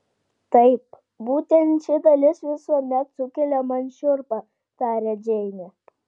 taip būtent ši dalis visuomet sukelia man šiurpą tarė džeinė